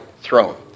throne